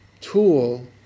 tool